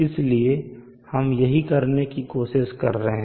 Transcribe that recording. इसलिए हम यही करने की कोशिश कर रहे हैं